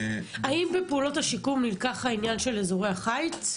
האם בפעולות השיקום נלקח העניין של אזורי החיץ?